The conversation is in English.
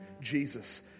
Jesus